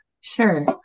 Sure